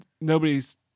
nobody's